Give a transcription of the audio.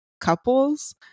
couples